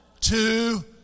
Two